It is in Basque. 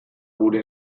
gure